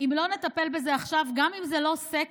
אם לא נטפל בזה עכשיו, גם אם זה לא סקסי,